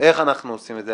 איך אנחנו עושים את זה?